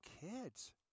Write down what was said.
kids